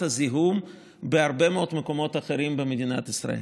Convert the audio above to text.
הזיהום בהרבה מאוד מקומות אחרים במדינת ישראל.